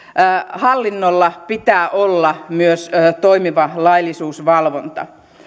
hallinnolla pitää olla myös toimiva laillisuusvalvonta